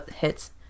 hits